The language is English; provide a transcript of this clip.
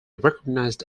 recognized